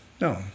No